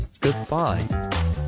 Goodbye